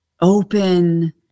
open